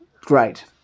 Great